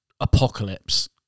apocalypse